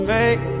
Make